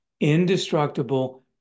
Indestructible